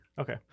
Okay